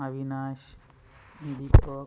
Avinash Deepak